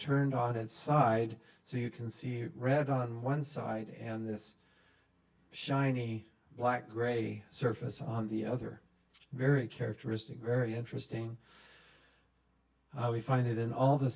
turned on its side so you can see red on one side and this shiny black gray surface on the other very characteristic very interesting we find it in all the